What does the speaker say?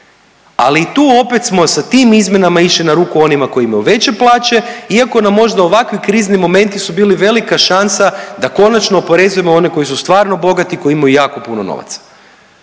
Ali i tu opet smo sa tim izmjenama išli na ruku onima koji imaju veće plaće iako nam možda ovakvi krizni momenti su bili velika šansa da konačno oporezujemo one koji su stvarno bogati koji imaju jako puno novaca.